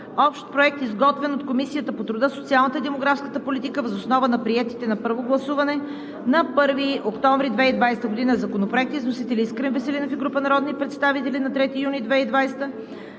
–Общ проект, изготвен от Комисията по труда, социалната и демографската политика, въз основа на приетите на първо гласуване на 1 октомври 2020 г. законопроекти с вносител Искрен Веселинов и група народни представители на 3 юни 2020